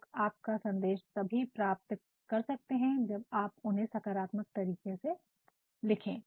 लोग आपका संदेश तभी प्राप्त कर सकते हैं जब आपने उसे सकारात्मक तरीके से लिखा हो